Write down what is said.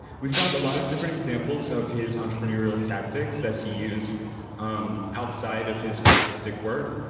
we found a lot of different examples of his entrepreneurial tactics that he used um outside of his artistic work.